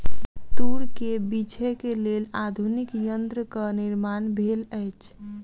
तूर के बीछै के लेल आधुनिक यंत्रक निर्माण भेल अछि